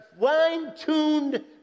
fine-tuned